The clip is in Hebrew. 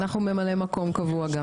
ואנחנו גם ממלא מקום קבוע.